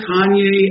Kanye